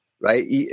right